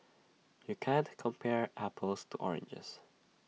you can't compare apples to oranges